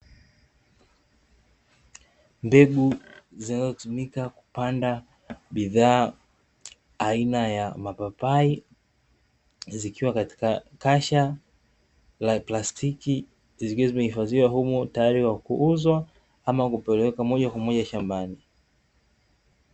Mbegu zinazotumika kupanda bidhaa aina ya mapapai, zikiwa katika kasha la plastiki, zikiwa zimehifadhiwa humo tayari kwa kuuzwa ama kupelekwa moja kwa moja shambani.